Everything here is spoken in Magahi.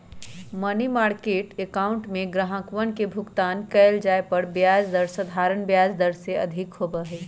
मनी मार्किट अकाउंट में ग्राहकवन के भुगतान कइल जाये पर ब्याज दर साधारण ब्याज दर से अधिक होबा हई